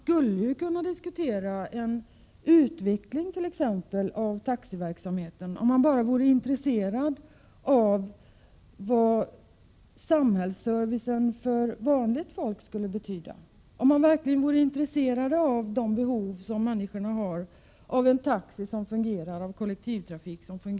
Om man verkligen vore intresserad av vad samhällsservicen betyder för vanligt folk, av människornas behov av en taxiverksamhet och av en kollektivtrafik som fungerar, skulle man t.ex. kunna diskutera en utveckling av taxiverksamheten.